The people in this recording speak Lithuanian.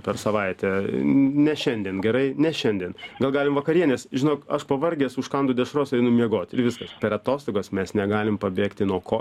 per savaitę ne šiandien gerai ne šiandien gal galim vakarienės žinok aš pavargęs užkandu dešros einu miegot ir viskas per atostogas mes negalim pabėgti nuo ko